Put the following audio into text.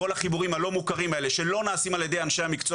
כל החיבורים הלא מוכרים האלה שלא נעשים על ידי אנשי המקצוע